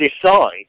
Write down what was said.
decide